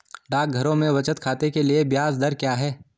डाकघरों में बचत खाते के लिए ब्याज दर क्या है?